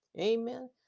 Amen